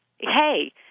hey